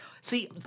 See